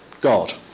God